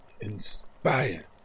inspired